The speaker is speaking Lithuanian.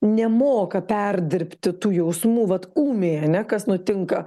nemoka perdirbti tų jausmų vat ūmiai ane kas nutinka